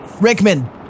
Rickman